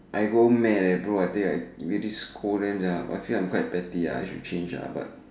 I go mad leh bro I tell I really scold them I feel that I'm quite petty I should change [la] but